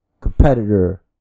competitor